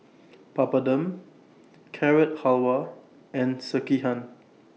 Papadum Carrot Halwa and Sekihan